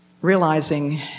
realizing